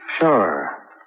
Sure